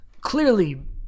Clearly